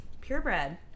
Purebred